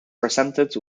presented